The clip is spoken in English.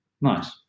Nice